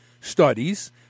studies